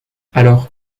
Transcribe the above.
alors